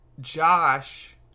Josh